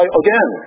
again